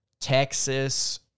Texas